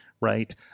right